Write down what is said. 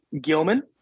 Gilman